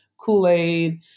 Kool-Aid